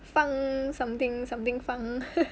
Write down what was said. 方 something something 方